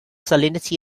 salinity